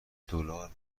دلار